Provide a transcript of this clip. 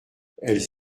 elles